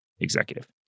executive